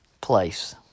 place